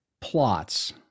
plots